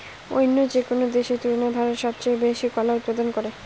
অইন্য যেকোনো দেশের তুলনায় ভারত সবচেয়ে বেশি কলা উৎপাদন করে